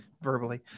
Verbally